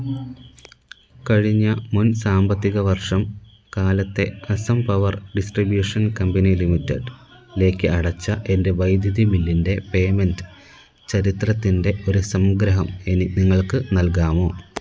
കഴിഞ്ഞ മുൻ സാമ്പത്തിക വർഷം കാലത്തെ അസം പവർ ഡിസ്ട്രിബ്യൂഷൻ കമ്പനി ലിമിറ്റഡിലേക്ക് അടച്ച എൻ്റെ വൈദ്യുതി ബില്ലിൻ്റെ പേയ്മെൻ്റ് ചരിത്രത്തിൻ്റെ ഒരു സംഗ്രഹം ഇനി നിങ്ങൾക്ക് നൽകാമോ